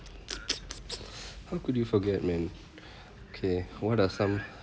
how could you forget man okay what are some